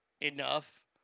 enough